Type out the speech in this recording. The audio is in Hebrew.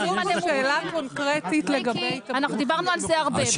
אנחנו דיברנו על זה הרבה,